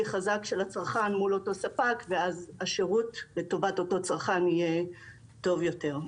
חזק של הצרכן מול אותו ספק ואז השירות לטובת אותו צרכן יהיה טוב יותר.